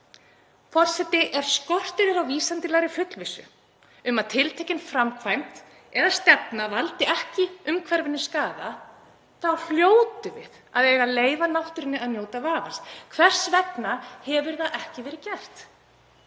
Ef skortur er á vísindalegri fullvissu um að tiltekin framkvæmd eða stefna valdi umhverfinu ekki skaða þá hljótum við að eiga að leyfa náttúrunni að njóta vafans. Hvers vegna hefur það ekki verið gert?